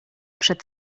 przed